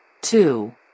Two